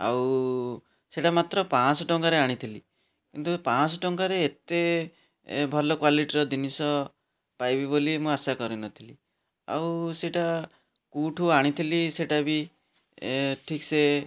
ଆଉ ସେଇଟା ମାତ୍ରା ପାଞ୍ଚଶହ ଟଙ୍କାରେ ଆଣିଥିଲି କିନ୍ତୁ ପାଞ୍ଚଶହ ଟଙ୍କାରେ ଏତେ ଭଲ କ୍ବାଲିଟିର ଜିନିଷ ପାଇବି ବୋଲି ମୁଁ ଆଶା କରିନଥିଲି ଆଉ ସେଇଟା କେଉଁଠୁ ଆଣିଥିଲି ସେଇଟା ବି ଠିକ୍ ସେ